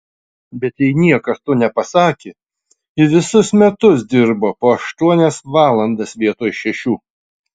bet jai niekas to nepasakė ji visus metus dirbo po aštuonias valandas vietoj šešių